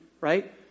Right